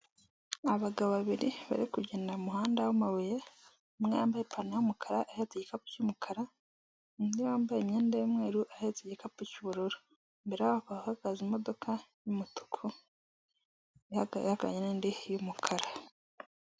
Abagabo babiri bari kugenda mu muhanda w'amabuye umwe yambaye ipantaro y'umukara afite igikapu cy'umukara, undi wambaye imyenda y'umweru ahetse igikapu cy'ubururu. Imbere yaho hakaba hahagaze imodoka y'umutuku ihagararanye n'indi y'umukara.